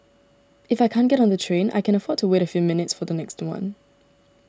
if I can't get on the train I can afford to wait a few minutes for the next one